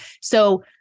So-